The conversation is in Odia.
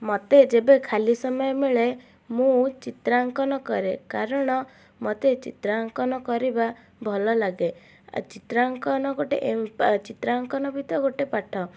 ମୋତେ ଯେବେ ଖାଲି ସମୟ ମିଳେ ମୁଁ ଚିତ୍ରାଙ୍କନ କରେ କାରଣ ମୋତେ ଚିତ୍ରାଙ୍କନ କରିବା ଭଲ ଲାଗେ ଆଉ ଚିତ୍ରାଙ୍କନ ଗୋଟେ ଚିତ୍ରାଙ୍କନ ବି ତ ଗୋଟେ ପାଠ